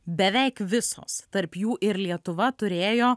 beveik visos tarp jų ir lietuva turėjo